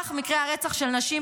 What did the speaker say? סך מקרי הרצח של נשים,